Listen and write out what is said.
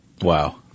Wow